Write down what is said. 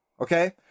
Okay